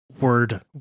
word